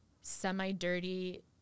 semi-dirty